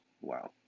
wow